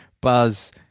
buzz